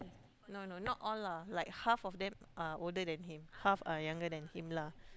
no no not all lah like half of them are older than him half are younger than him lah